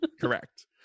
Correct